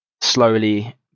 slowly